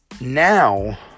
now